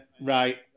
Right